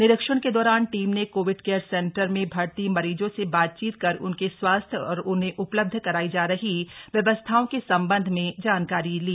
निरीक्षण के दौरान टीम ने कोविड केयर सेंटर में भर्ती मरीजों से बातचीत कर उनके स्वास्थ्य और उन्हें उपलब्ध करायी जा रही व्यवस्थाओं के संबंध में जानकारी ली